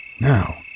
Now